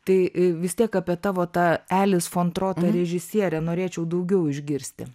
tai vis tiek apie tavo tą elis fon trotą režisierę norėčiau daugiau išgirsti